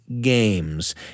games